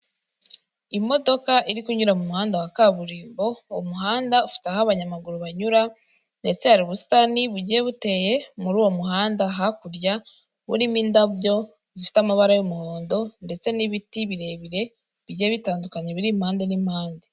Imodoka iri kunyura mu muhanda wa kaburimbo, uwo muhanda ufite aho abanyamaguru banyura ndetse hari ubusitani bugiye buteye muri uwo muhanda hakurya, burimo indabyo zifite amabara y'umuhondo ndetse n'ibiti birebire bigiye bitandukanye biri impande n'impande.